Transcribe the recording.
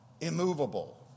immovable